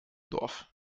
dorf